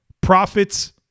profits